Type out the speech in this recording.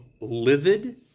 livid